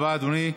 תודה רבה, אדוני.